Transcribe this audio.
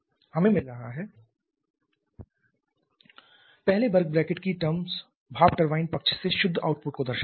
हमे मिल रहा है 500MWmsth3 h4 msth2 h1mgCpT3 T4 mgCpT2 T1 पहले वर्ग ब्रैकेट की term भाप टरबाइन पक्ष से शुद्ध आउटपुट को दर्शाता हैं